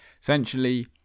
Essentially